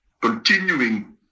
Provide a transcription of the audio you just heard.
continuing